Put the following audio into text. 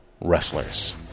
wrestlers